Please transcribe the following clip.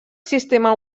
sistema